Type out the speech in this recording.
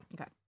Okay